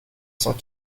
cent